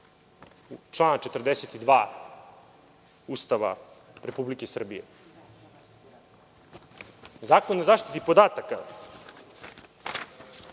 člana 42. Ustava Republike Srbije. Zakon o zaštiti podataka